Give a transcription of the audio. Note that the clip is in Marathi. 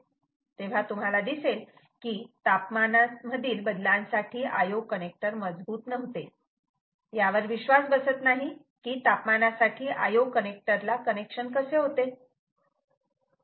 तेव्हा तुम्हाला दिसेल की तापमानामधील बदलांसाठी IO कनेक्टर IO connector मजबूत नव्हते यावर विश्वास बसत नाही की तापमानासाठी IO कनेक्टरला कनेक्शन कसे होते